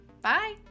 Bye